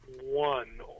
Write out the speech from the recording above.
One